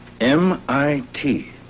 MIT